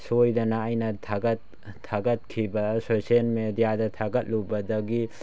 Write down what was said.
ꯁꯣꯏꯗꯅ ꯑꯩꯅ ꯊꯥꯒꯠ ꯊꯥꯒꯠꯈꯤꯕ ꯁꯣꯁꯤꯌꯦꯜ ꯃꯦꯗꯤꯌꯥꯗ ꯊꯥꯒꯠꯂꯨꯕꯗꯒꯤ